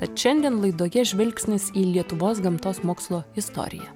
tad šiandien laidoje žvilgsnis į lietuvos gamtos mokslų istoriją